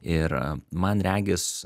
ir man regis